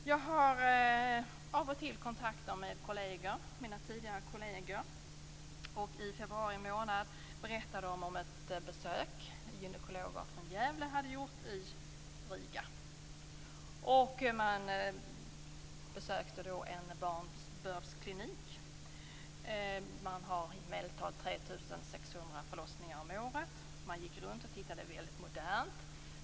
Jag har av och till kontakter med mina tidigare kolleger. I februari månad berättade de om ett besök som gynekologer från Gävle hade gjort i Riga. De besökte en barnbördsklinik. Man hade i medeltal 3 600 förlossningar om året. De gick runt och tittade, och det var väldigt modernt.